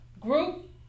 group